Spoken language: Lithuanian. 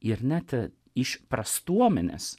ir net iš prastuomenės